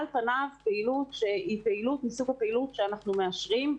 שזו על פניו פעילות מסוג הפעילות שאנחנו מאשרים,